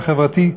החברתי,